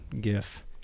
gif